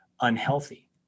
unhealthy